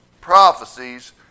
prophecies